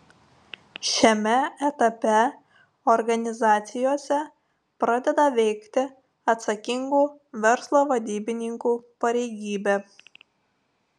šiame etape organizacijose pradeda veikti atsakingų verslo vadybininkų pareigybė